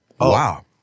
Wow